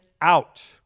out